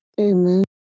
Amen